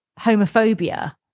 homophobia